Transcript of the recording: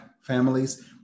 families